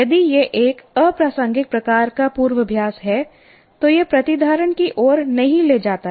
यदि यह एक अप्रासंगिक प्रकार का पूर्वाभ्यास है तो यह प्रतिधारण की ओर नहीं ले जाता है